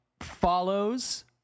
follows